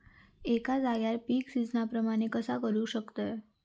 एका जाग्यार पीक सिजना प्रमाणे कसा करुक शकतय?